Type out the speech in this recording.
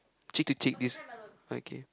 cheek to cheek is okay